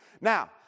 Now